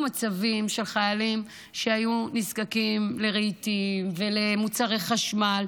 מצבים של חיילים שנזקקו לרהיטים ולמוצרי חשמל,